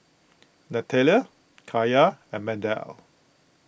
Natalie Kaya and Mardell